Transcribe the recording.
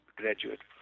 graduate